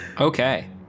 Okay